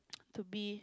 to be